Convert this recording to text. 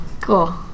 Cool